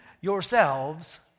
yourselves